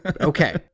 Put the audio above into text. Okay